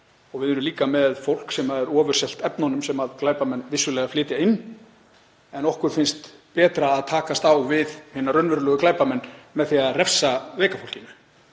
og við erum líka með fólk sem er ofurselt efnunum, sem glæpamenn vissulega flytja inn, en okkur finnst betra að takast á við hina raunverulegu glæpamenn með því að refsa veika fólkinu.